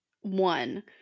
one